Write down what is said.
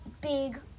big